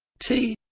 t